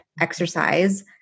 exercise